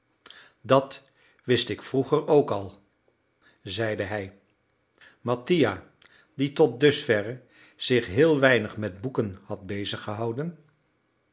dat wist ik vroeger ook al zeide hij mattia die tot dusverre zich heel weinig met boeken had